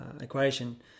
equation